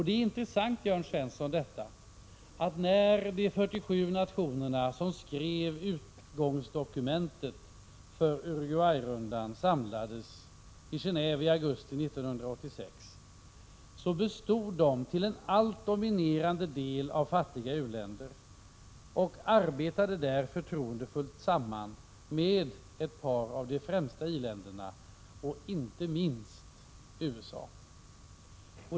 Det är intressant att notera, Jörn Svensson, att de 47 nationer som undertecknade utgångsdokumentet för Uruguay-rundan och som samlades i Geneve i augusti 1986 till en allt dominerande del utgjordes av fattiga u-länder. Dessa länder arbetade där förtroendefullt samman med ett par av de främsta i-länderna, och inte minst med USA.